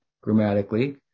grammatically